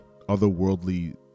otherworldly